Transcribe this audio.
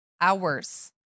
hours